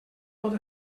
pot